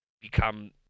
become